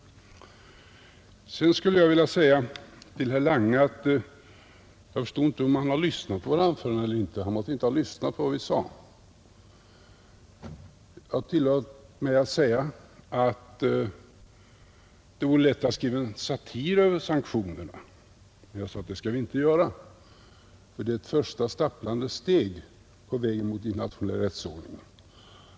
Sedan skulle jag vilja säga till herr Lange, att jag inte förstår om han har lyssnat på anförandena eller inte — han måtte inte ha lyssnat på vad vi sade, Jag tillät mig säga att det vore lätt att skriva en satir över sanktionerna, men jag sade också att vi inte skall göra det, därför att de är ett första stapplande steg på vägen till den internationella rättsordningen.